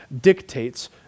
dictates